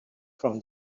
from